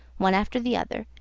one after the other,